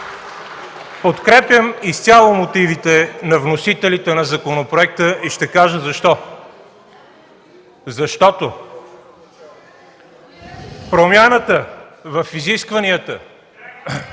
Подкрепям изцяло мотивите на вносителите на законопроекта и ще кажа защо. Защото промяната в изискванията